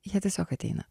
jie tiesiog ateina